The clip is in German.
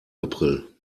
april